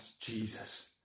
Jesus